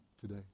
today